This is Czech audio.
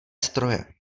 stroje